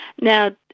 now